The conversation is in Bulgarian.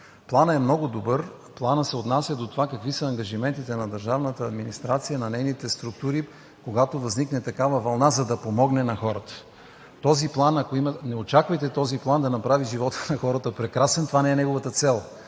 Планът е много добър. Планът се отнася до това какви са ангажиментите на държавната администрация и на нейните структури, когато възникне такава вълна, за да помогне на хората. Не очаквайте този план да направи живота на хората прекрасен, това не е неговата цел.